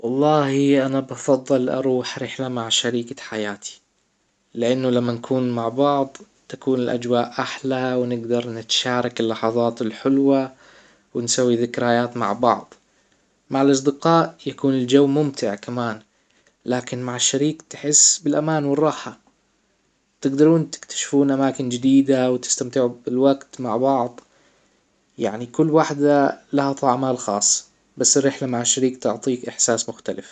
والله انا بفضل اروح رحلة مع شريكة حياتي لانه لما نكون مع بعض تكون الاجواء احلى ونقدر نتشارك اللحظات الحلوة ونسوي ذكريات مع بعضن مع الاصدقاء يكون الجو ممتع كمان لكن مع الشريك تحس بالامان راحة تجدرون تكتشفون اماكن جديدة وتستمتعوا بالوجت مع بعض يعني كل وحده لها طعمها الخاص بس الرحلة مع الشريك تعطيك احساس مختلف